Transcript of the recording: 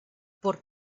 por